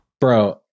bro